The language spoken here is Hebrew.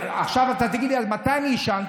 עכשיו, אתה תגיד לי, אז מתי אני אישן?